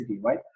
right